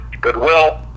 goodwill